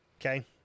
okay